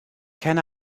can